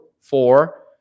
four